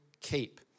keep